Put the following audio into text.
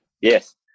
Yes